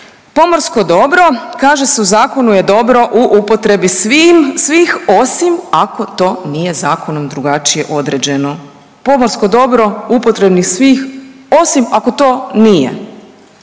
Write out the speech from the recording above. pomorsko dobro kaže se u zakonu je dobro u upotrebi svih osim ako to nije zakonom drugačije određeno. Pomorsko dobro u upotrebi svih osim ako to nije,